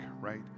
right